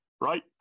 right